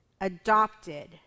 adopted